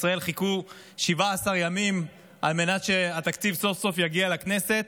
ישראל חיכו 17 ימים על מנת שהתקציב סוף-סוף יגיע לכנסת.